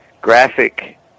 graphic